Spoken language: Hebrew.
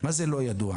מה זה לא ידוע?